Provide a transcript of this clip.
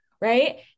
right